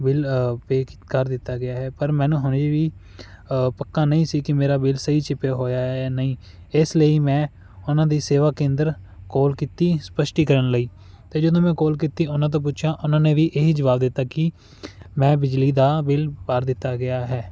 bill pay ਕਰ ਦਿੱਤਾ ਗਿਆ ਹੈ ਪਰ ਮੈਨੂੰ ਹੁਣ ਇਹ ਵੀ ਪੱਕਾ ਨਹੀਂ ਸੀ ਕਿ ਮੇਰਾ ਬਿਲ ਸਹੀ ਛਪਿਆ ਹੋਇਆ ਹੈ ਜਾਂ ਨਹੀਂ ਇਸ ਲਈ ਮੈਂ ਉਹਨਾਂ ਦੀ ਸੇਵਾ ਕੇਂਦਰ ਕੋਲ ਕੀਤੀ ਸਪਸ਼ਟੀਕਰਨ ਲਈ ਅਤੇ ਜਦੋਂ ਮੈਂ ਕੋਲ ਕੀਤੀ ਉਹਨਾਂ ਤੋਂ ਪੁੱਛਿਆ ਉਹਨਾਂ ਨੇ ਵੀ ਇਹੀ ਜਵਾਬ ਦਿੱਤਾ ਕਿ ਮੈਂ ਬਿਜਲੀ ਦਾ ਭਰ ਦਿੱਤਾ ਗਿਆ ਹੈ